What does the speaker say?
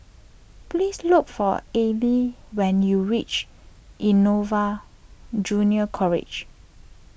please look for Allie when you reach Innova Junior College